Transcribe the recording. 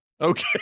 okay